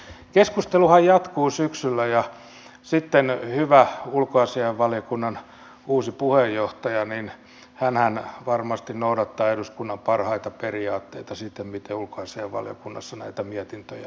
ja keskusteluhan jatkuu syksyllä ja sitten hyvä ulkoasianvaliokunnan uusi puheenjohtajahan varmasti noudattaa eduskunnan parhaita periaatteita siten kuin ulkoasiainvaliokunnassa näitä mietintöjä on tehty